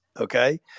okay